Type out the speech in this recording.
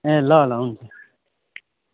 ए ल ल हुन्छ